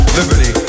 liberty